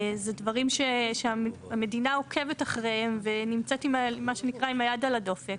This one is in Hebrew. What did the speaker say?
זה דברים שהמדינה עוקבת ונמצאת מה שנקרא עם יד על הדופק.